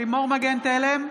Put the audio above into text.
לימור מגן תלם,